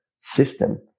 system